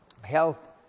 health